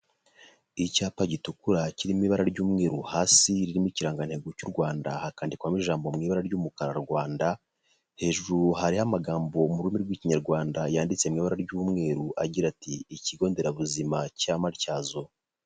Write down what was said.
Icyapa gitukura kirimo ibara ry'umweru hasi ririmo ikirangantego cy'u Rwanda hakandikwamo ijambo mu ibara ry'umukara Rwanda. Hejuru hariho amagambo mu rurimi rw'Ikinyarwanda yanditse mu ibara ry'umweru agira ati: ikigonderabuzima cya Matyazo.